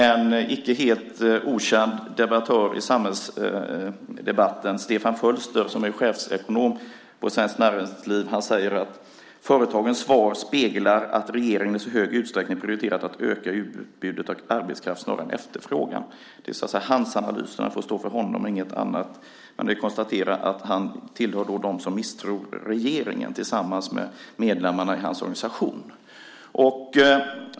En icke helt okänd debattör i samhällsdebatten, Stefan Fölster, som är chefsekonom vid Svenskt Näringsliv, säger: "Företagens svar speglar att regeringen i så hög utsträckning prioriterat att öka utbudet av arbetskraft snarare än efterfrågan." Det är hans analys - den får stå för honom och inget annat - men man kan konstatera att han tillhör dem som misstror regeringen tillsammans med medlemmarna i hans organisation.